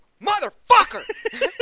Motherfucker